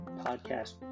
podcast